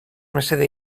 mesede